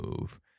move